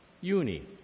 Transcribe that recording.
Uni